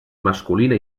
masculina